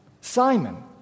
Simon